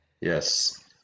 yes